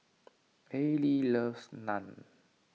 Allie loves Naan